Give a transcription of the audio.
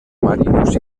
marinos